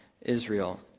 Israel